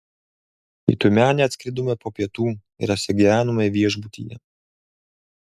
į tiumenę atskridome po pietų ir apsigyvenome viešbutyje